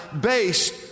based